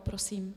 Prosím.